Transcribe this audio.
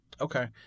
Okay